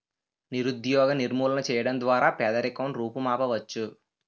నిరుద్యోగ నిర్మూలన చేయడం ద్వారా పేదరికం రూపుమాపవచ్చు